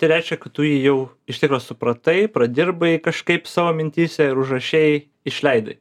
tai reiškia kad tu jį jau iš tikro supratai pradirbai kažkaip savo mintyse ir užrašei išleidai